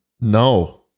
No